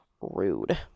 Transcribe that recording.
rude